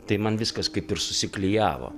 tai man viskas kaip ir susiklijavo